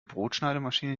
brotschneidemaschine